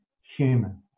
human